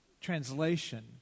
translation